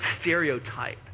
stereotype